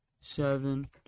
seven